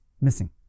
missing